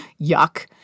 yuck